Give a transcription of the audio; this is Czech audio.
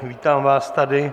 Vítám vás tady.